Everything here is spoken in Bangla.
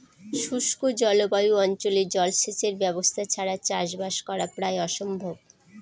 শুষ্ক জলবায়ু অঞ্চলে জলসেচের ব্যবস্থা ছাড়া চাষবাস করা প্রায় অসম্ভব